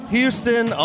Houston